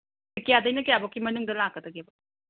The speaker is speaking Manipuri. ꯀꯌꯥꯗꯩꯅ ꯀꯌꯥꯕꯨꯛꯀꯤ ꯃꯅꯨꯡꯗ ꯂꯥꯛꯀꯗꯒꯦ